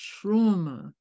trauma